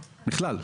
בכלל.